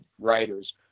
writers